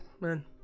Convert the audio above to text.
man